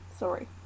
sorry